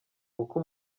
uko